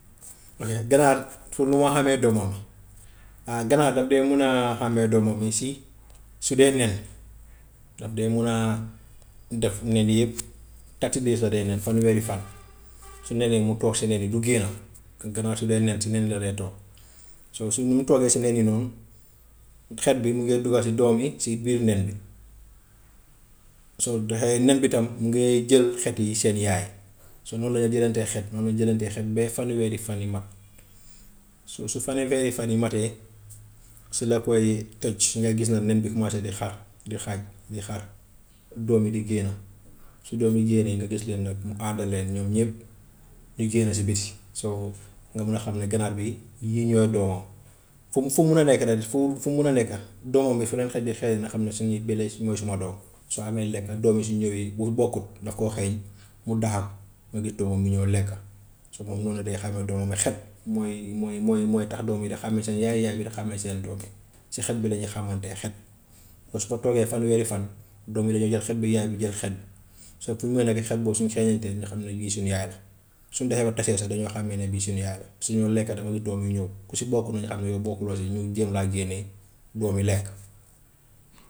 Mu ne ganaar pour nu moo xàmmee doomam yi, ganaar daf dee mun a xàmmee doomam yi si su dee nen, daf dee mun a def nen yi yëpp thirty days la dee nen, fanweeri fan. Su nenee mu toog si nen yi du génna, ga- ganaar su dee nen si nen yi la dee toog. So su toogee si nen yi noonu xet bi mu ngee dugga si doom yi si biir nen bi. So du xee- nen bi tam nga jël xet yi seen yaay, so noonu lañee jëlantee xet, noonu jëlantee xet ba fanweeri fan yi mat, su su fanweeri fan yi matee si la koy toj nga gis nag nen bi commencer di xar di xaaj di xar doom yi di génn, su doom yi génnee nga gis leen nag mu ànd leen ñoom ñëpp ñu génn si biti, so nga mun a xam ne ganaar bii yii ñooy doomam, fu mu fu mu mun a nekk rek fu fu mu mu a nekk doomam yi fu leen xet di xeeñee na xam ne suñuy bële mooy suma doom, su amee lekk doom yi suñ ñëwee it bu bokkut daf koo xeeñ mu dàqa ko, nga gis doomam yi ñëw lekka. So moom noonu la dee xàmmee doomam yi xet mooy mooy mooy mooy tax doom yi di xàmmee seen yaay, yaay bi di xàmmee seen doom yi si xet bi lañuy xàmmantee xet. Bés boo toogee fanweeri fan doom yi dañuy jël xet bi yaay bi jël xet bi. So xet boobu suñ xeeñentee ñu xam ne lii suñ yaay la, suñ doxee ba tase sax dañoo xàmmee ne bii suñu yaay la, suñu lekka dafa gis doom yi ñëw, ku si bokkut ñu xam ne yow bokkuloo si ñu jéem laa génnee doom yi lekk.